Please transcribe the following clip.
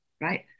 right